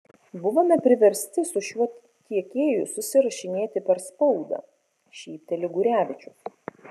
buvome priversti su šiuo tiekėju susirašinėti per spaudą šypteli gurevičius